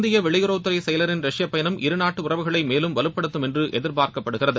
இந்திய வெளியுறவுத்துறை செயலரின் ரஷ்ய பயணம் இருநாட்டு உறவுகளை மேலும் வலுப்படுத்தும் என்று எதிர்பார்க்கப்படுகிறது